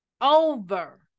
over